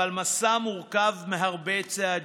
אבל מסע מורכב מהרבה צעדים.